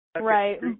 Right